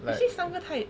is it 三个太